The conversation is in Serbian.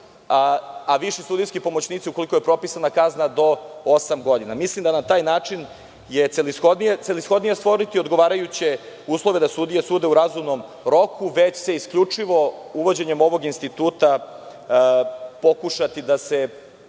a viši sudijski pomoćnici ukoliko je propisana kazna do osam godina. Mislim da je na taj način celishodnije stvoriti odgovarajuće uslove da sudije sude u razumnom roku, već će se isključivo uvođenjem ovog instituta pokušati da se